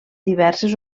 diverses